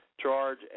charge